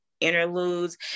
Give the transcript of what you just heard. interludes